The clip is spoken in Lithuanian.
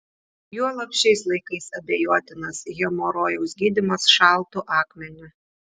juolab šiais laikais abejotinas hemorojaus gydymas šaltu akmeniu